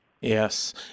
Yes